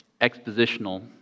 expositional